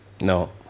No